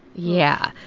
yeah,